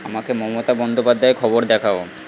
আমাকে মমতা বন্দ্যোপাধ্যায় খবর দেখাও